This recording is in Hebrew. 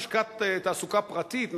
לשכת תעסוקה פרטית,